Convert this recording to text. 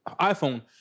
iPhone